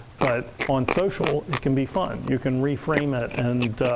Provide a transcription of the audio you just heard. but on social, it can be fun. you can reframe it and